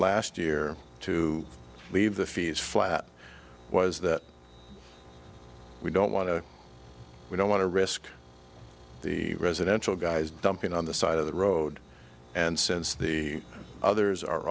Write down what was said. last year to leave the fees flat was that we don't want to we don't want to risk residential guys dumping on the side of the road and since the others are